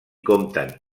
compten